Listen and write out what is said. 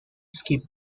skip